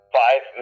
five